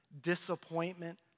disappointment